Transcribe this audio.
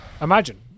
Imagine